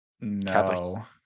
No